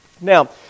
Now